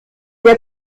der